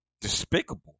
despicable